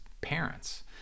parents